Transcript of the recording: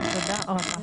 כן, תודה רבה.